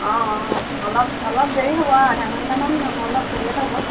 অঁ অঁ অলপ অলপ দেৰি হ'ব আৰু আধা ঘণ্টামান অলপ লেট হ'ব